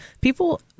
people